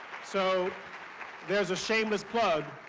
so there's a shameless plug.